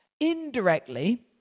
indirectly